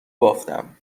بافتم